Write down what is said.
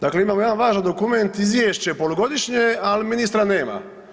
Dakle, imamo jedan važan dokument, izvješće polugodišnje ali ministra nema.